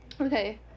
Okay